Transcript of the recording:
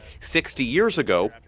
sixty years ago,